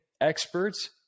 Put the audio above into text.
experts